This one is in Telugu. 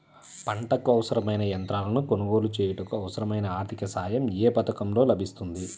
పంటకు అవసరమైన యంత్రాలను కొనగోలు చేయుటకు, అవసరమైన ఆర్థిక సాయం యే పథకంలో లభిస్తుంది?